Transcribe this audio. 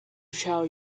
shall